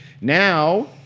Now